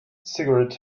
cigarette